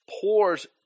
pours